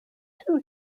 two